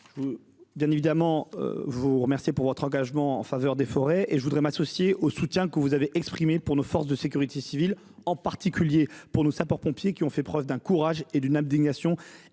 vous remercier de votre engagement en faveur des forêts et m'associer au soutien que vous avez exprimé en faveur de nos forces de sécurité civile, en particulier de nos sapeurs-pompiers, qui ont fait preuve d'un courage et d'une abnégation